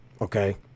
okay